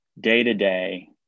day-to-day